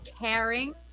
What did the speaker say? Caring